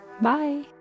Bye